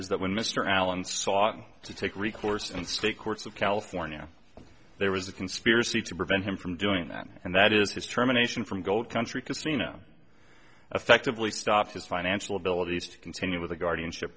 is that when mr allen sought to take recourse in state courts of california there was a conspiracy to prevent him from doing that and that is his terminations from gold country casino effectively stopped his financial abilities to continue with the guardianship